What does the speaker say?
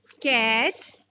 Cat